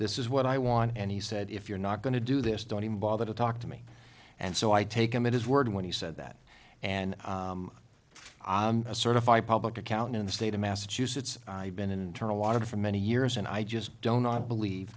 this is what i want and he said if you're not going to do this don't even bother to talk to me and so i take him at his word when he said that and i'm a certified public accountant in the state of massachusetts i've been in internal water for many years and i just don't not believe